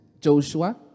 Joshua